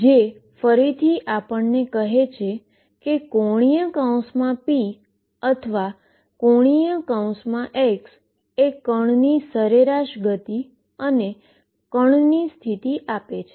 જે ફરીથી આપણને કહે છે કે ⟨p⟩ અથવા ⟨x⟩ એ પાર્ટીકલની સરેરાશ મોમેન્ટમ અને પાર્ટીકલની સ્થિતિના આપે છે